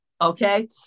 Okay